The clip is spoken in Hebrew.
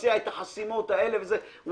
שתבצע את החסימות האלה - וואלה,